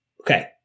Okay